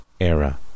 era